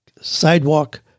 sidewalk